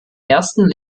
ersten